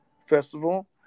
Festival